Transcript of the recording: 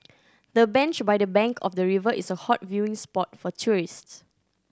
the bench by the bank of the river is a hot viewing spot for tourists